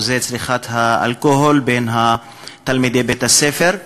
אחוזי צריכת אלכוהול בקרב תלמידי בית-הספר.